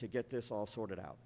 to get this all sorted out